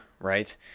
right